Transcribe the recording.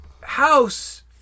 house